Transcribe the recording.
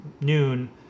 noon